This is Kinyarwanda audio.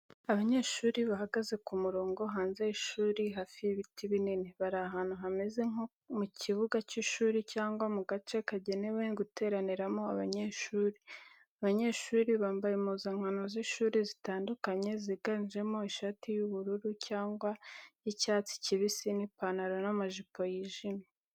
Abanyeshuri bahagaze ku murongo hanze y’ishuri, hafi y’ibiti binini, bari ahantu hameze nko mu kibuga cy’ishuri cyangwa mu gace kagenewe guteraniramo abanyeshuri. Abanyeshuri bambaye impuzankano z’ishuri zitandukanye ziganjemo ishati y’ubururu cyangwa y’icyatsi kibisi n’ipantaro n'amajipo yijimye.